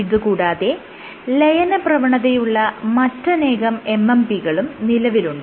ഇത് കൂടാതെ ലയനപ്രവണതയുള്ള മറ്റനേകം MMP കളും നിലവിലുണ്ട്